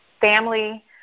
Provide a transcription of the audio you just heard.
family